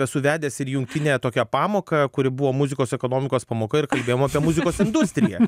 esu vedęs ir jungtinę tokią pamoką kuri buvo muzikos ekonomikos pamoka ir kalbėjom apie muzikos industriją